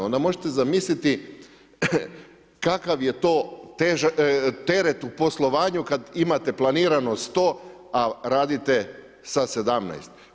Onda možete zamisliti kakav je to teret u poslovanju kad imate planirano 100, a radite sa 17.